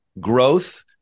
growth